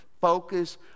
Focus